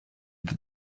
that